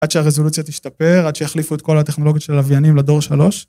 עד שהרזולוציה תשתפר, עד שיחליפו את כל הטכנולוגיות של הלוויינים לדור 3.